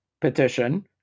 Petition